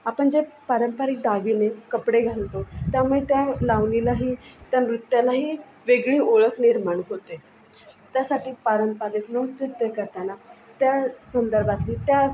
आपण जे पारंपरिक दागिने कपडे घालतो त्यामुळे त्या लावणीलाही त्या नृत्यालाही वेगळी ओळख निर्माण होते त्यासाठी पारंपरिक नृत्य ते करताना त्या सुंदर बाबी त्या